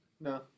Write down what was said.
No